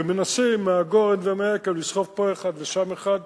ומנסים מהגורן ומהיקב לסחוב פה אחד ושם אחד.